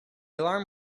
alarm